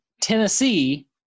Tennessee